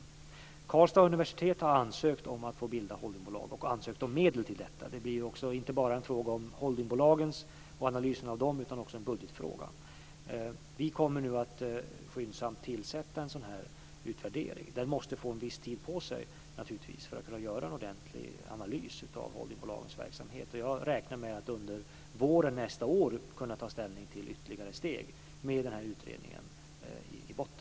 Karlstads universitet har ansökt om att få bilda holdingbolag och har även ansökt om medel till detta. Det blir inte bara en fråga om analysen av holdingbolagen utan också en budgetfråga. Vi kommer nu att skyndsamt göra en sådan utvärdering. Man måste naturligtvis få en viss tid på sig för att kunna göra en ordentlig analys av holdingbolagens verksamhet. Jag räknar med att under våren nästa år kunna ta ställning till ytterligare steg med den här utredningen i botten.